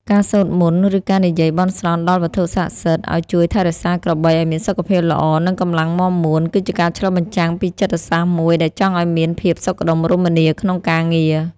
ការសូត្រមន្ត ឬការនិយាយបន់ស្រន់ដល់វត្ថុស័ក្តិសិទ្ធិឱ្យជួយថែរក្សាក្របីឱ្យមានសុខភាពល្អ និងកម្លាំងមាំមួន គឺជាការឆ្លុះបញ្ចាំងពីចិត្តសាស្ត្រមួយដែលចង់ឱ្យមានភាពសុខដុមរមនាក្នុងការងារ។